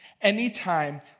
Anytime